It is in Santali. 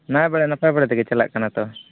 ᱱᱟᱭ ᱵᱟᱲᱮ ᱱᱟᱯᱟᱭ ᱵᱟᱲᱮ ᱛᱮᱜᱮ ᱪᱟᱞᱟᱜ ᱠᱟᱱᱟ ᱛᱚ